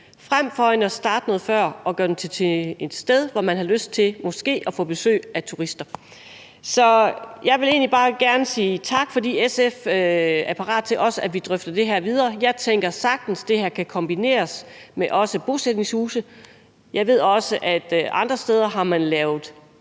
Frem for det kunne man starte noget før og gøre dem til steder, hvor man måske fik lyst til at få besøg af turister. Så jeg vil egentlig bare gerne sige tak, fordi SF er parate til også at drøfte det her videre. Jeg tænker sagtens, at det her kan kombineres med bosætningshuse. Jeg ved også, at man andre steder har lavet